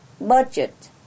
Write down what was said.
budget